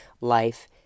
life